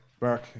Mark